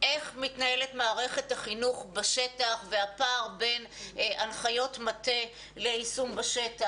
איך מתנהלת מערכת החינוך בשטח והפער בין הנחיות מטה ליישום בשטח,